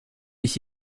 ich